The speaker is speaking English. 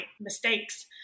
mistakes